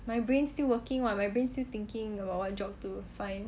my brain still working [what] my brains still thinking about what job to find